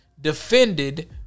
defended